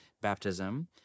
baptism